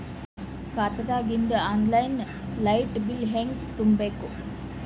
ಖಾತಾದಾಗಿಂದ online light bill ಹೇಂಗ ತುಂಬಾ ಬೇಕು?